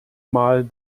mal